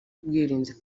ubwirinzi